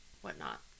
whatnot